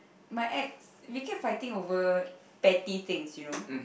my ex we kept fighting over petty things you know